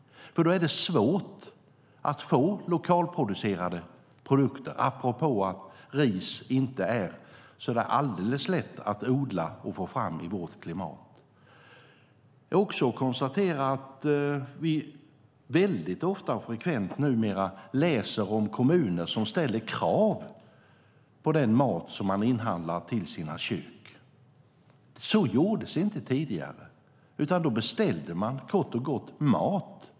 Då är det nämligen svårt att få lokalproducerade produkter apropå att ris inte är så där alldeles lätt att odla och få fram i vårt klimat. Jag kan också konstatera att vi numera väldigt ofta och frekvent läser om kommuner som ställer krav på den mat man inhandlar till sina kök. Så gjordes inte tidigare, utan då beställde man kort och gott mat.